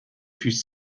fus